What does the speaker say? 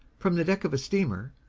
from the deck of a steamer,